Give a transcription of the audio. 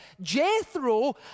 Jethro